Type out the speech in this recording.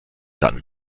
dann